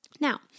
Now